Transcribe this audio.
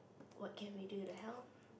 what can we do to help